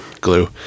glue